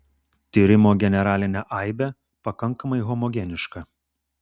tyrimo generalinė aibė pakankamai homogeniška